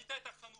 בנית את החנות,